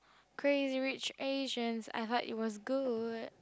Crazy-Rich-Asian I heard it was good